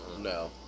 No